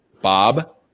Bob